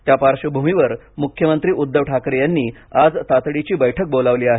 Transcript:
त्या पार्श्वभूमीवर मुख्यमंत्री उद्घव ठाकरे यांनी आज तातडीची बैठक बोलवली आहे